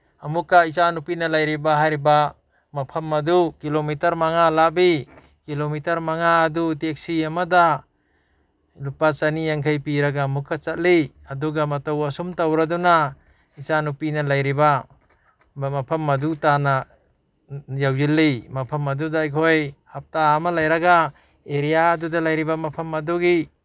ꯑꯃꯨꯛꯀ ꯏꯆꯥꯅꯨꯄꯤꯅ ꯂꯩꯔꯤꯕ ꯍꯥꯏꯔꯤꯕ ꯃꯐꯝ ꯑꯗꯨ ꯀꯤꯂꯣꯃꯤꯇꯔ ꯃꯉꯥ ꯂꯥꯞꯄꯤ ꯀꯤꯂꯣꯃꯤꯇꯔ ꯃꯉꯥ ꯑꯗꯨ ꯇꯦꯛꯁꯤ ꯑꯃꯗ ꯂꯨꯄꯥ ꯆꯅꯤ ꯌꯥꯡꯈꯩ ꯄꯤꯔ ꯑꯃꯨꯛꯀ ꯆꯠꯂꯤ ꯑꯗꯨꯒ ꯃꯇꯧ ꯑꯁꯨꯝ ꯇꯧꯔꯗꯨꯅ ꯏꯆꯥꯅꯨꯄꯤꯅ ꯂꯩꯔꯤꯕ ꯃꯐꯝ ꯑꯗꯨ ꯇꯥꯟꯅ ꯌꯧꯁꯤꯜꯂꯤ ꯃꯐꯝ ꯑꯗꯨꯗ ꯑꯩꯈꯣꯏ ꯍꯞꯇꯥ ꯑꯃ ꯂꯩꯔꯒ ꯑꯦꯔꯤꯌꯥꯗꯨꯗ ꯂꯩꯔꯤꯕ ꯃꯐꯝ ꯑꯗꯨꯒꯤ